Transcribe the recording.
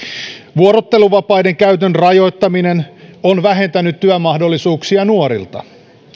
vuorotteluvapaiden käytön rajoittaminen on vähentänyt työmahdollisuuksia nuorilta